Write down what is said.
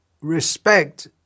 respect